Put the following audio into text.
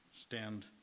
stand